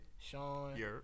Sean